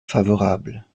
favorables